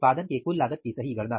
उत्पादन के कुल लागत की सही गणना